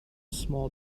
small